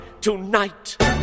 tonight